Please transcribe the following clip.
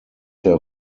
der